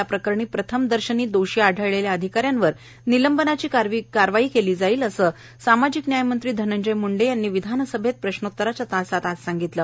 या प्रकरणी प्रथम दर्शनी दोषी आढळलेल्या अधिकाऱ्यांवर निलंबनाची कारवाई केली जाईल असे सामाजिक न्यायमंत्री धनंजय मुंडे यांनी विधानसभेत प्रश्नोत्तराच्या तासात सांगितले